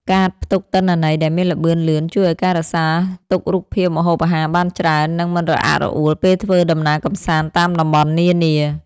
កាតផ្ទុកទិន្នន័យដែលមានល្បឿនលឿនជួយឱ្យការរក្សាទុករូបភាពម្ហូបអាហារបានច្រើន និង មិនរអាក់រអួលពេលធ្វើដំណើរកម្សាន្តតាមតំបន់នានា។